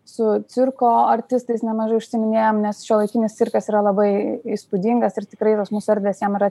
su cirko artistais nemažai užsiiminėjam nes šiuolaikinis cirkas yra labai įspūdingas ir tikrai pas mus erdvės jam yra